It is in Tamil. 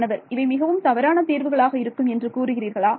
மாணவர் இவை மிகவும் தவறான தீர்வுகளாக இருக்கும் என்று கூறுகிறீர்களா